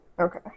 Okay